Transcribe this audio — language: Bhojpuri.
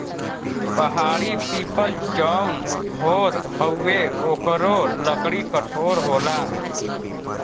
पहाड़ी पीपल जौन होत हउवे ओकरो लकड़ी कठोर होला